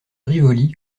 rivoli